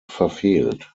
verfehlt